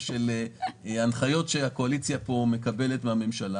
ואת ההנחיות שהקואליציה מקבלת מהממשלה,